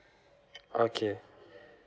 okay